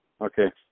Okay